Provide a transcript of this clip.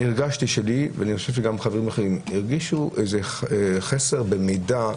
הרגשתי, וגם אחרים אני חושב, חסר במידע,